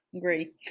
Great